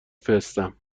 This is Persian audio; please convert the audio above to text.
فرستم